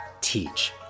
teach